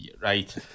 Right